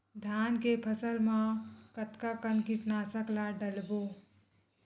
धान के फसल मा कतका कन कीटनाशक ला डलबो?